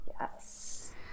yes